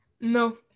No